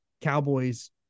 Cowboys